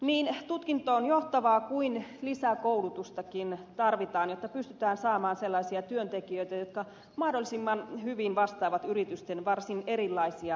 niin tutkintoon johtavaa kuin lisäkoulutustakin tarvitaan jotta pystytään saamaan sellaisia työntekijöitä jotka mahdollisimman hyvin vastaavat yritysten varsin erilaisia tarpeita